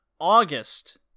August